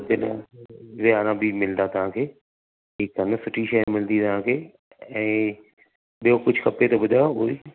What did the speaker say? वियाणा बि मिलंदा तव्हां खे ठीक आहे न सुठी शइ मिलंदी तव्हां खे ऐं ॿियो कुझु खपे त ॿुधायो उहो बि